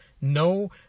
No